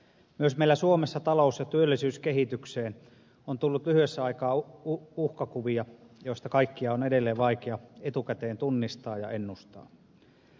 myös meillä suomessa talous ja työllisyyskehitykseen on tullut lyhyessä ajassa uhkakuvia joista kaikkia on edelleen vaikea etukäteen tunnistaa ja ennustaa